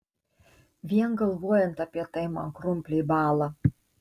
vien galvojant apie tai man krumpliai bąla